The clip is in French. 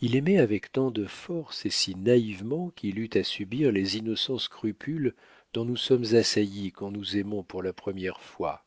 il aimait avec tant de force et si naïvement qu'il eut à subir les innocents scrupules dont nous sommes assaillis quand nous aimons pour la première fois